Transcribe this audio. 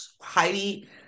highly